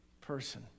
person